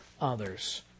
others